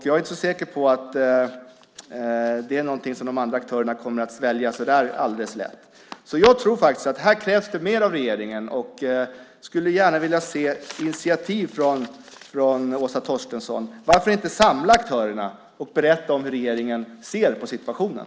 Jag är inte så säker på att det är någonting som de andra aktörerna kommer att svälja så där alldeles lätt. Jag tror faktiskt att det här krävs mer av regeringen, och jag skulle gärna vilja se initiativ från Åsa Torstensson. Varför inte samla aktörerna och berätta om hur regeringen ser på situationen?